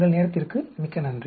தங்கள் நேரத்திற்கு மிக்க நன்றி